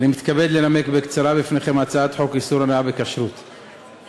אני מתכבד לנמק בקצרה בפניכם הצעת חוק איסור הונאה בכשרות (תיקון,